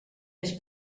més